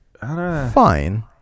fine